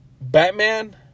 Batman